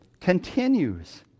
continues